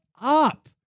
up